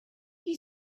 you